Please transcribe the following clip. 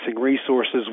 resources